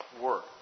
work